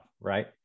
right